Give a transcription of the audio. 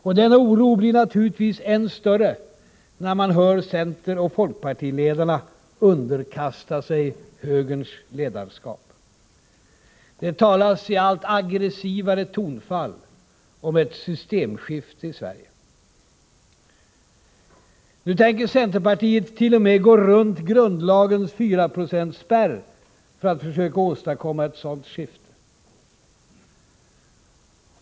Och denna oro blir naturligtvis än större när man ser centeroch folkpartiledarna underkasta sig högerns ledarskap. Det talas i allt aggressivare tonfall om ett systemskifte i Sverige. Nu tänker centerpartiet t.o.m. gå runt grundlagens 4-procentsspärr för att försöka åstadkomma ett sådant skifte.